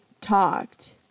talked